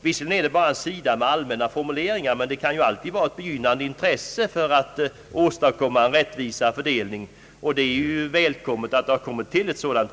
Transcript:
Visserligen är det bara en sida med allmänna formuleringar, men det kan ju alltid vara ett begynnande intresse för att åstadkomma en rättvisare fördelning och då är det ju välkommet.